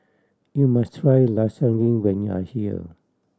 you must try Lasagne when you are here